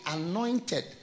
anointed